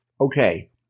okay